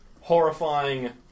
horrifying